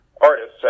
artists